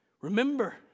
Remember